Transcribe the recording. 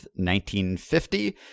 1950